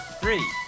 three